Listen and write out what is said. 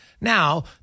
Now